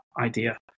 idea